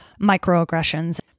microaggressions